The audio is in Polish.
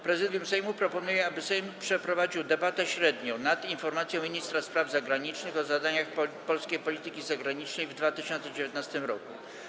Prezydium Sejmu proponuje, aby Sejm przeprowadził debatę średnią nad informacją ministra spraw zagranicznych o zadaniach polskiej polityki zagranicznej w 2019 r.